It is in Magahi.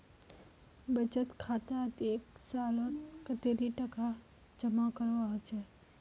बचत खातात एक सालोत कतेरी टका जमा करवा होचए?